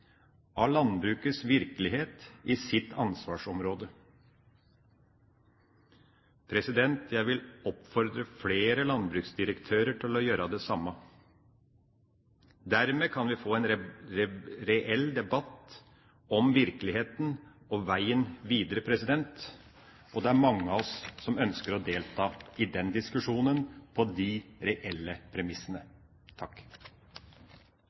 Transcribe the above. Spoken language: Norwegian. av landbrukets virkelighet i sitt ansvarsområde. Jeg vil oppfordre flere landbruksdirektører til å gjøre det samme. Dermed kan vi få en reell debatt om virkeligheten og veien videre, og det er mange av oss som ønsker å delta i den diskusjonen, på de reelle premissene.